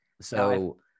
So-